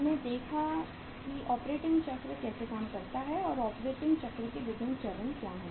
हमने देखा कि ऑपरेटिंग चक्र कैसे काम करता है और ऑपरेटिंग चक्र के विभिन्न चरण क्या है